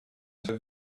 her